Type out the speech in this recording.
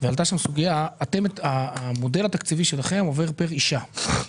ועלתה שם סוגיה: המודל התקציבי שלכם עובד פר אישה.